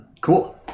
Cool